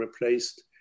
replaced